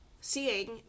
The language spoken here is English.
seeing